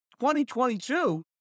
2022